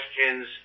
questions